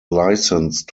licence